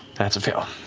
that's a fail.